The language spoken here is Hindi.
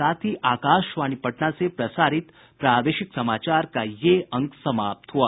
इसके साथ ही आकाशवाणी पटना से प्रसारित प्रादेशिक समाचार का ये अंक समाप्त हुआ